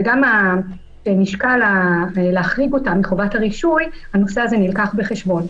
וגם להחריג אותם מחובת הרישוי הנושא הזה נלקח בחשבון.